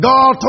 God